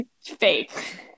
fake